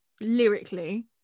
lyrically